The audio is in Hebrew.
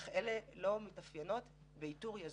אבל כל אלה לא מתאפיינים באיתור יזום.